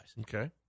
Okay